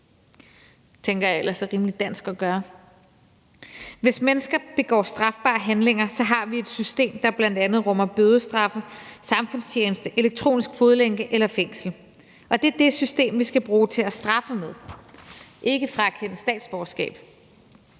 Det tænker jeg ellers er rimelig dansk at gøre. Hvis mennesker begår strafbare handlinger, har vi et system, der bl.a. rummer bødestraffe, samfundstjeneste, elektronisk fodlænke eller fængsel, og det er det system, vi skal bruge til at straffe med – ikke frakende statsborgerskab.